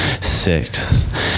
sixth